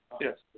Yes